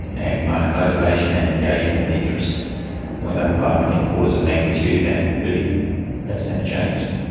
and my motivation and engagement and interest went up by orders of magnitude and really that's never changed.